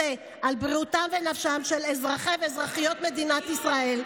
על בריאותם ונפשם של אזרחי ואזרחיות מדינת ישראל,